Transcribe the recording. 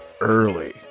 early